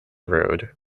road